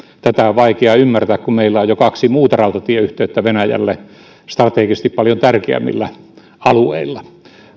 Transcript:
tätä on vaikea ymmärtää kun meillä on jo kaksi muuta rautatieyhteyttä venäjälle strategisesti paljon tärkeämmillä alueilla